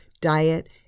diet